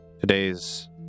today's